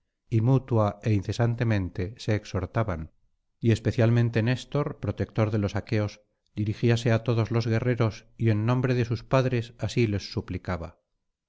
y mutua é incesantemente se exhortaban y especialmente néstor protector de los aqueos dirigíase á todos los guerreros y en nombre de sus padres así les suplicaba